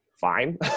fine